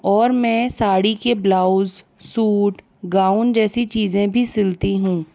और मैं साड़ी के ब्लाउज़ सूट गाउन जैसी चीज़ें भी सिलती हूँ